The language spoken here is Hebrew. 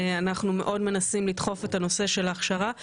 אנחנו מאוד מנסים לדחוף את הנושא של ההכשרה,